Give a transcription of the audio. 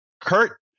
Kurt